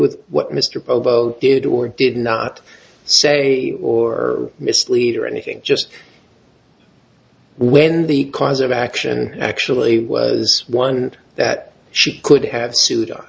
with what mr bobo did or did not say or mislead or anything just when the cause of action actually was one that she could have